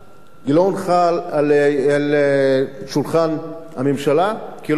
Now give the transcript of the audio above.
היא לא הונחה על שולחן הממשלה, כי לא מניחים.